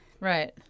Right